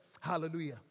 hallelujah